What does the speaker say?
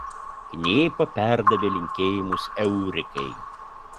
knėpa perdavė linkėjimus eurikai